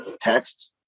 text